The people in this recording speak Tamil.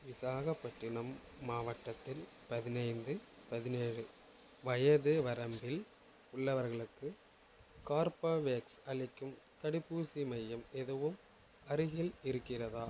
விசாகப்பட்டினம் மாவட்டத்தில் பதினைந்து பதினேழு வயது வரம்பில் உள்ளவர்களுக்கு கார்பவேக்ஸ் அளிக்கும் தடுப்பூசி மையம் எதுவும் அருகில் இருக்கிறதா